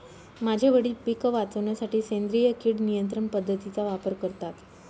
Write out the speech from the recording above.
माझे वडील पिक वाचवण्यासाठी सेंद्रिय किड नियंत्रण पद्धतीचा वापर करतात